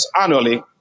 annually